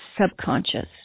subconscious